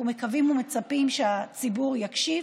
אנחנו מקווים ומצפים שהציבור יקשיב.